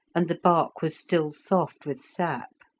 and the bark was still soft with sap.